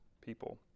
people